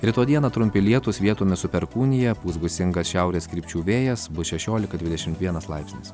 rytoj dieną trumpi lietūs vietomis su perkūnija pūs gūsingas šiaurės krypčių vėjas bus šešiolika dvidešimt vienas laipsnis